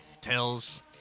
Tails